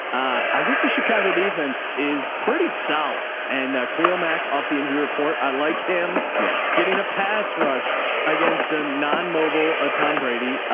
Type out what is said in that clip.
i think the chicago defense is pretty solid and cleo mack off the injury report. i like him yeah getting a pass rush against a non-mobile a tom brady.